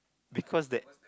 because that